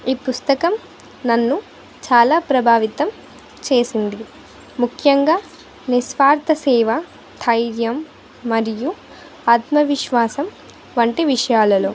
ఈ పుస్తకం నన్ను చాలా ప్రభావితం చేసింది ముఖ్యంగా నిస్వార్థ సేవ ధైర్యం మరియు ఆత్మవిశ్వాసం వంటి విషయాలలో